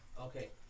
Okay